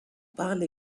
parle